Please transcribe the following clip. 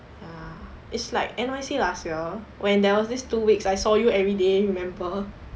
ya it's like N_I_C last year when there was this two weeks I saw you every day remember